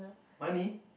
money